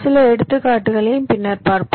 சில எடுத்துக்காட்டுகளையும் பின்னர் பார்ப்போம்